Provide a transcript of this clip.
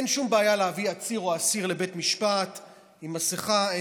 אין שום בעיה להביא עציר או אסיר לבית משפט עם מסכה.